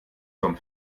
vom